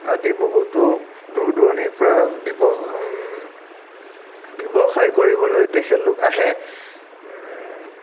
আদি বহুতো দূৰ দূৰণিৰপৰা ব্যৱসায় কৰিবলৈ তেখেতলোক আহে